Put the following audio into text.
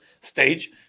stage